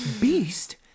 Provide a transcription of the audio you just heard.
Beast